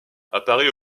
apparaît